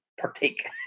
partake